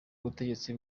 ubutegetsi